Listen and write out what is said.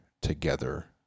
together